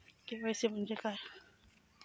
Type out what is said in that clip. KYC म्हणजे काय?